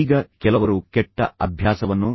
ಈಗ ಕೆಲವರು ಕೆಟ್ಟ ಅಭ್ಯಾಸವನ್ನು ಸರಿಯಾಗಿ ಗ್ರಹಿಸುತ್ತಾರೆ